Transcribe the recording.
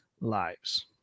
lives